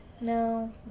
No